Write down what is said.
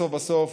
בסוף בסוף,